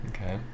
Okay